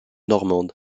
normande